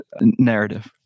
narrative